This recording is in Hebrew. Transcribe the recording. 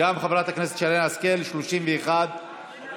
גם חברת הכנסת שרן השכל, 31. גם